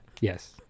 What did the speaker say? Yes